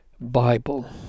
Bible